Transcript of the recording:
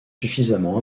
suffisamment